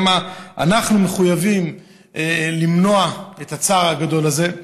כמה אנחנו מחויבים למנוע את הצער הגדול הזה.